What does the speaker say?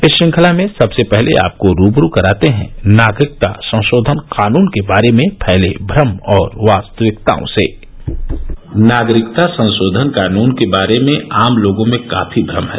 इस श्रंखला में सबसे पहले आपको रूबरू कराते हैं नागरिकता संशोधन कानून के बारे में फैले भ्रम और वास्तविकताओं से नागरिकता संशोधन कानून के बारे में आम लोगों में काफी ध्रम है